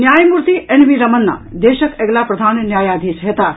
न्यायमूर्ति N V Ramana देशक अगिला प्रधान न्यायाधीश हेताह